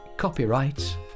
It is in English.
Copyright